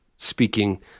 speaking